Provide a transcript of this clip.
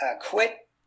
quit